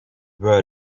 were